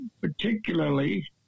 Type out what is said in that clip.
particularly